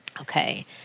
Okay